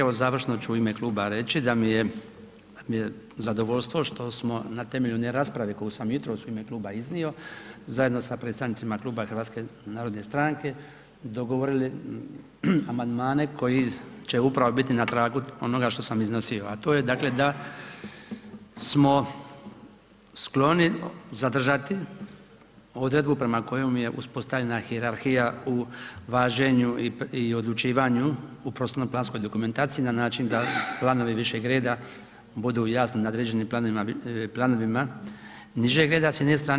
Evo završno ću u ime kluba reći da mi je zadovoljstvo što smo na temelju one rasprave koju sam jutros u ime kluba iznio, zajedno sa predstavnicima Kluba Hrvatske narodne stranke, dogovorili amandmane koji će upravo biti na tragu onoga što sam iznosio a to je dakle da smo skloni zadržati odredbu prema kojoj je uspostavljena hijerarhija o važenju i odlučivanju u prostorno planskoj dokumentaciji na način da planovi višeg reda budu jasno nadređeni planovima nižeg reda s jedne strane.